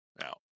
now